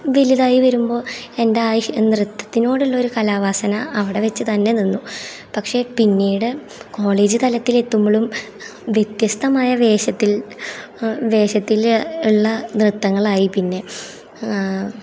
വലുതായി വരുമ്പോൾ എൻ്റെ ആ നൃത്തത്തിനോടുള്ള ഒരു കലാവാസന അവിടെ വെച്ച് തന്നെ നിന്നു പക്ഷേ പിന്നീട് കോളേജ് തലത്തിൽ എത്തുമ്പോഴും വ്യത്യസ്തമായ വേഷത്തിൽ വേഷത്തിൽ ഉള്ള നൃത്തങ്ങളായി പിന്നെ